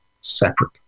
separate